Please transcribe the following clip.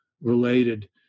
related